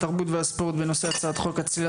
התרבות והספורט בנושא הצעת חוק הצלילה